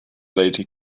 leyte